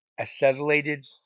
acetylated